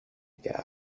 ago